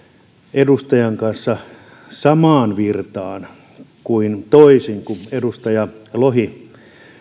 edustajan kanssa samaan virtaan toisin kuin edustaja lohi